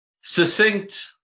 succinct